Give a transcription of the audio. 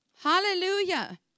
Hallelujah